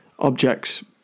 objects